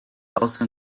also